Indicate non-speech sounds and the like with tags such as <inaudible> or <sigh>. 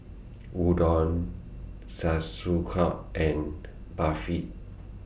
Udon <unintelligible> and Barfi